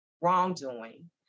wrongdoing